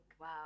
Wow